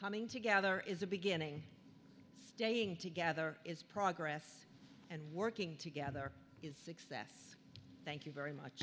coming together is a beginning staying together is progress and working together is success thank you very much